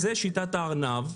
אז זאת שיטת הארנב.